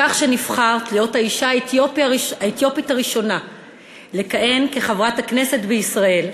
בכך שנבחרת להיות האישה האתיופית הראשונה לכהן כחברת הכנסת בישראל,